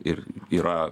ir yra